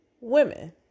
women